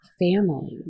family